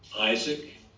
Isaac